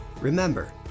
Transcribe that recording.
Remember